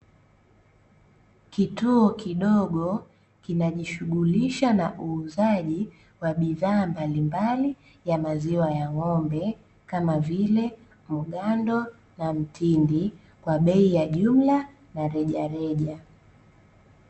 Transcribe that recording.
Kituo kidogo kinajishughulisha na uuzaji wa bidhaa mbalimbali ya maziwa ya ng'ombe kama vile mgando na mtindi kwa bei ya jumla na rejaleja.